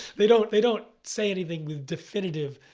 they don't they don't say anything with definitive,